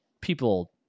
people